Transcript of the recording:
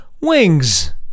Wings